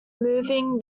moving